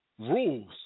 rules